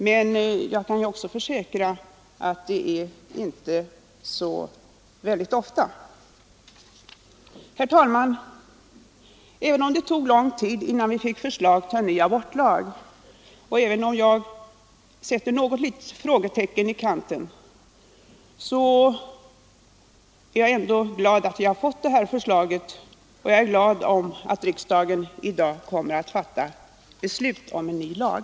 Men jag kan också försäkra att det inte förekommer så särskilt ofta. Herr talman! Även om det tog lång tid innan vi fick förslag till ny abortlag och även om jag vill sätta en del frågetecken i kanten vid förslaget, är jag glad att det nu framlagts och att riksdagen i dag kommer att fatta beslut om en ny lag.